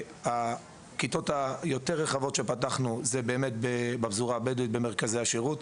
הכיתות היותר רחבות שפתחנו זה באמת בפזורה הבדואית במרכזי השירות.